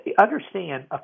Understand